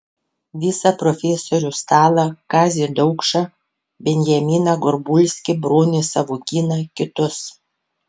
visą profesorių stalą kazį daukšą benjaminą gorbulskį bronį savukyną kitus